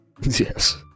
yes